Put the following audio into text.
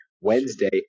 Wednesday